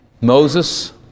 Moses